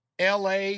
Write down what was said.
LA